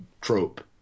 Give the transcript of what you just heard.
trope